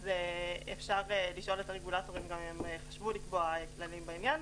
אז אפשר לשאול את הרגולטורים אם הם חשבו לקבוע כללים בעניין,